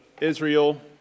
Israel